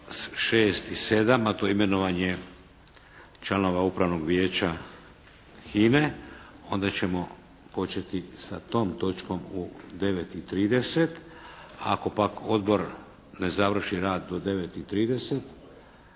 6. i 7. a to je imenovanje članova Upravnog vijeća HINA-e onda ćemo početi sa tom točkom u 9.30. Ako pak Odbor ne završi rad do 9.30